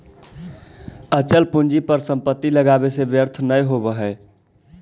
अचल पूंजी पर संपत्ति लगावे से व्यर्थ न होवऽ हई